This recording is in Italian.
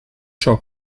ciò